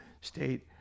state